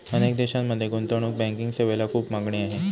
अनेक देशांमध्ये गुंतवणूक बँकिंग सेवेला खूप मागणी आहे